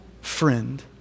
friend